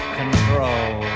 control